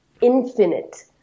infinite